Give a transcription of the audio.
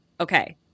Okay